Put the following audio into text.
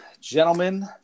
gentlemen